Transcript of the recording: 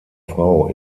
frau